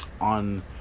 On